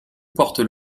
portent